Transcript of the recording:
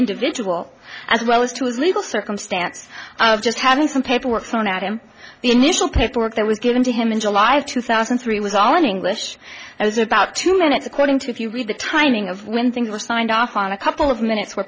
individual as well as to his legal circumstance of just having some paperwork thrown at him the initial paperwork that was given to him in july of two thousand and three was all in english as about two minutes according to if you read the timing of when things were signed off on a couple of minutes were